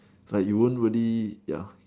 like you won't really ya